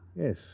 Yes